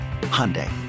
Hyundai